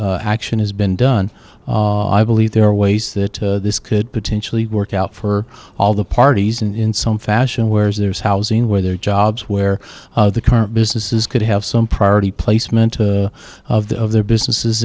final action has been done i believe there are ways that this could potentially work out for all the parties and in some fashion where's there's housing where there are jobs where the current businesses could have some priority placement of the of their businesses